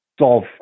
solve